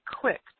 quick